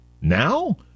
Now